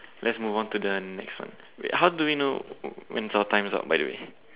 let's move on to the next one wait how do we know when's our time's up by the way